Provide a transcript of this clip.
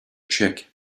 check